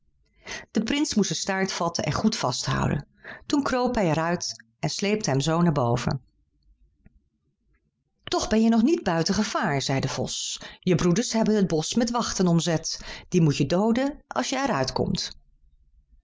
de prins moest zijn staart vatten en goed vasthouden toen kroop hij er uit en sleepte hem zoo naar boven toch ben je nog niet buiten gevaar zei de vos je broeders hebben het bosch met wachten omzet die je moeten dooden als je er uitkomt